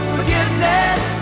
Forgiveness